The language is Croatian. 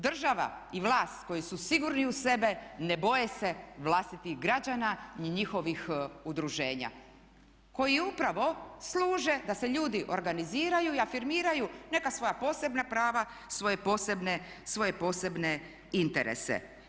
Država i vlast koji su sigurni u sebe ne boje se vlastitih građana i njihovih udruženja koji upravo služe da se ljudi organiziraju i afirmiraju neka svoja posebna prava, svoje posebne interese.